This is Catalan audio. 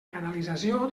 canalització